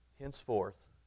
henceforth